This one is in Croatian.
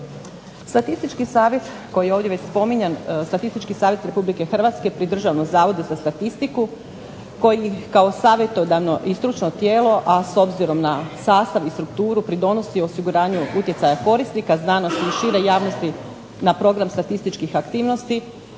Statistički savjet koji je ovdje već spominjan, Statistički savjet Republike Hrvatske pri Državnom zavodu za statistiku koji kao savjetodavno i stručno tijelo, a s obzirom na sastav i strukturu pridonosi osiguranju utjecaja korisnika, znanost i šire javnosti na program statističkih aktivnosti